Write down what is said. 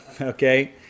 okay